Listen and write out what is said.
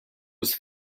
was